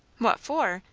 what for?